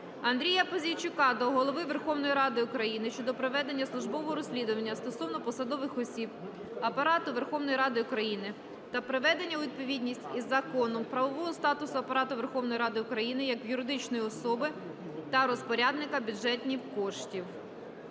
Андрія Пузійчука до Голови Верховної Ради України щодо проведення службового розслідування стосовно посадових осіб Апарату Верховної Ради України та приведення у відповідність із законом правового статусу Апарату Верховної Ради України як юридичної особи та розпорядника бюджетних коштів.